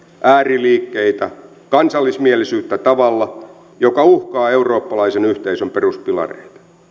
ääriliikkeitä ja kansallismielisyyttä tavalla joka uhkaa eurooppalaisen yhteisön peruspilareita